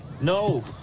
No